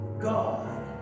God